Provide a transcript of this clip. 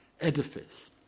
edifice